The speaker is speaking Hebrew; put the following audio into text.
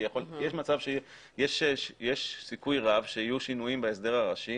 כי יש סיכוי רב שיהיו שינויים בהסדר הראשי